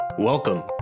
Welcome